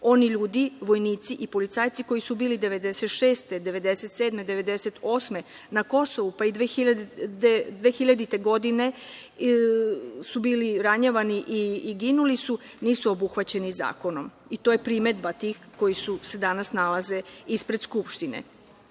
Oni ljudi, vojnici i policajci koji su bili 1996, 1997, 1998. godine na Kosovu i 2000. godine, su bili ranjavani i ginuli su, nisu obuhvaćeni zakonom. To je primedba tih koji se danas nalaze ispred Skupštine. Jedina